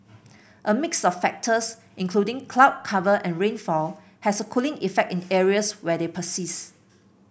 a mix of factors including cloud cover and rainfall has a cooling effect in areas where they persist